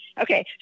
Okay